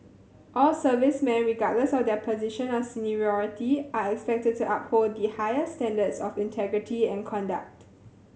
all servicemen regardless of their position or seniority are expected to uphold the highest standards of integrity and conduct